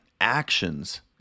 Actions